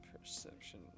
Perception